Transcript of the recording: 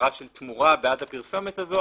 העברת תמורה בעד הפרסומת הזו,